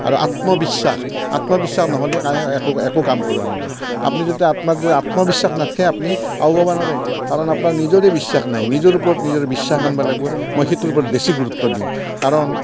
আৰু আত্মবিশ্বাস আত্মবিশ্বাস নহ'লে একো কাম কৰিব নোৱাৰে আপুনি যদি আত্মবিশ্বাস নাথাকে আপুনি কাৰণ আপোনাৰ নিজৰে বিশ্বাস নাই নিজৰ ওপৰত নিজৰ বিশ্বাস আনিব লাগিব মই সেইটোৰ ওপৰত বেছি গুৰুত্ব দিওঁ কাৰণ